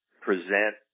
present